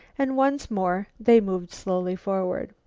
and once more they moved slowly forward.